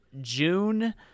june